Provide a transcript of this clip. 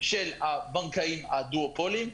של הבנקאים הדואופולים,